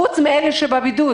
פרט לאלה שבבידוד.